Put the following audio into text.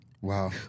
Wow